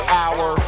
hour